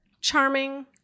charming